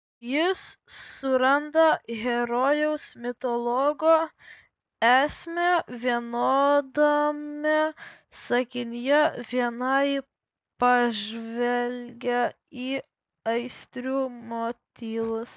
jis suranda herojaus monologo esmę viename sakinyje naujai pažvelgia į aistrų motyvus